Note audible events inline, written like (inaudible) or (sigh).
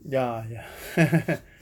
ya ya (laughs)